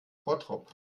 bottrop